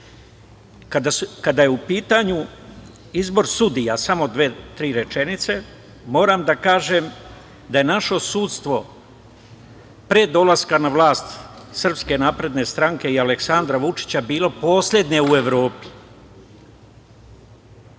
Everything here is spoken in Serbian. cilj. Kada je u pitanju izbor sudija, samo dve, tri rečenice, moram da kažem da je naše sudstvo pre dolaska na vlast SNS i Aleksandra Vučića bilo poslednje u Evropi.